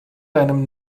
deinem